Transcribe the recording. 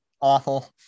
awful